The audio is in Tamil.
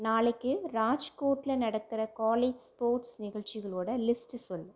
நாளைக்கு ராஜ்கோட்டில் நடக்கிற காலேஜ் ஸ்போர்ட்ஸ் நிகழ்ச்சிகளோட லிஸ்ட் சொல்